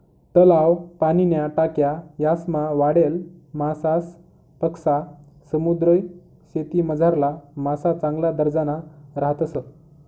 तलाव, पाणीन्या टाक्या यासमा वाढेल मासासपक्सा समुद्रीशेतीमझारला मासा चांगला दर्जाना राहतस